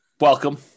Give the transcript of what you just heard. Welcome